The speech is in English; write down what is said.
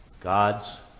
God's